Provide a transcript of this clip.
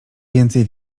więcej